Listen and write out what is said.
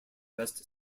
best